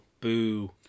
boo